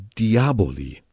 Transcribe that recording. diaboli